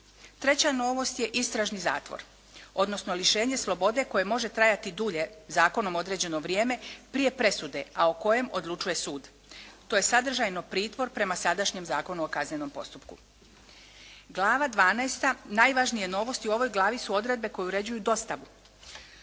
Treća novost je istražni zatvor odnosno lišenje slobode koje može trajati dulje zakonom određeno vrijeme prije presude a o kojem odlučuje sud. To je sadržajno pritvor prema sadašnjem Zakonu o kaznenom postupku. Glava dvanaesta. Najvažnije novosti u ovoj glavi su odredbe koje uređuju dostavu.